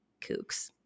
kooks